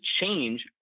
change